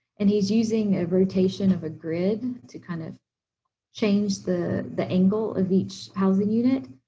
and he's using a rotation of a grid to kind of change the the angle of each housing unit.